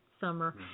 summer